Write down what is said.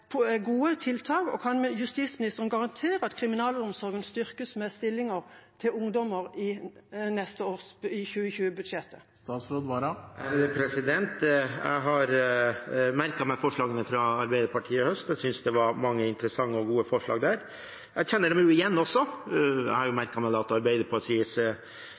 gode tiltak? Kan justisministeren garantere at kriminalomsorgen styrkes med stillinger til ungdommer i 2020-budsjettet? Jeg har merket meg forslagene fra Arbeiderpartiet i høst, jeg synes det var mange interessante og gode forslag der. Jeg kjenner dem igjen også, jeg har merket meg at Arbeiderpartiets